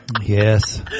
yes